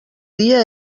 dia